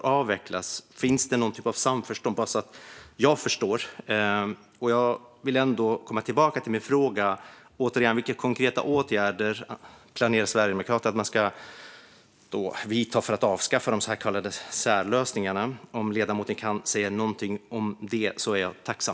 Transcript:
Jag undrar om det finns någon typ av samförstånd - bara så att jag förstår. Jag vill ändå komma tillbaka till min fråga. Vilka konkreta åtgärder planerar Sverigedemokraterna att man ska vidta för att avskaffa de så kallade särlösningarna? Om ledamoten kan säga någonting om det blir jag tacksam.